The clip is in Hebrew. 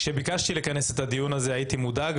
כשביקשתי לכנס את הדיון הזה הייתי מודאג,